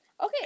Okay